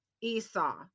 Esau